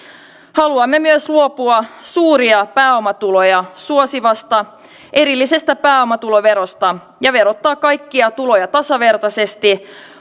haluamme myös luopua suuria pääomatuloja suosivasta erillisestä pääomatuloverosta ja verottaa kaikkia tuloja tasavertaisesti